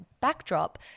backdrop